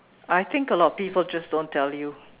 I think a lot of people just don't tell you